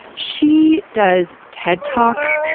she does ted talks,